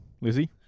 Lizzie